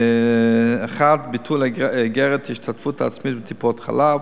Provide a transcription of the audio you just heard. ביטול אגרת ההשתתפות העצמית בטיפות-חלב,